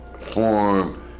form